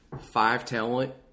five-talent